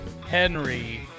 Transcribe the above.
Henry